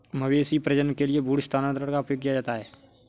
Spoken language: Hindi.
मवेशी प्रजनन के लिए भ्रूण स्थानांतरण का उपयोग किया जाता है